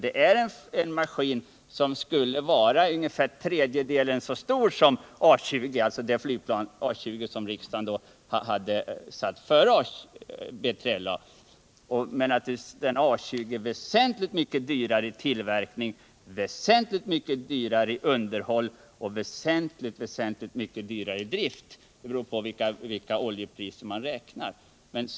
Det här är en maskin som skulle vara ungefär tredjedelen så stor som A 20, det flygplan som riksdagen i fjol satte före B3LA. A 20 är dyrare i tillverkning, väsentligt dyrare i underhåll och väsentligt dyrare i drift; det senare mer markerat ju högre oljepriserna blir.